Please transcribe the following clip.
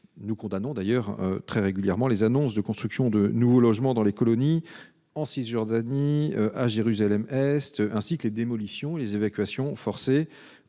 condamne régulièrement les annonces de construction de nouveaux logements dans les colonies en Cisjordanie et à Jérusalem-Est, ainsi que les démolitions et les évacuations forcées